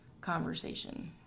conversation